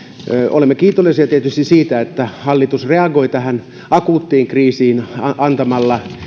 olemme kiitollisia tietysti siitä että hallitus reagoi tähän akuuttiin kriisiin antamalla